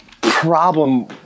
Problem